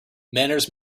manners